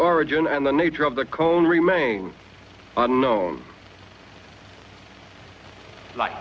origin and the nature of the call remain unknown like